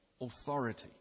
authority